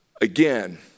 again